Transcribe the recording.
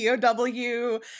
POW